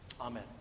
Amen